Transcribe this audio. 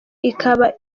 ikaba